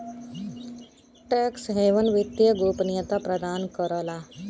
tax haven वित्तीय गोपनीयता प्रदान करला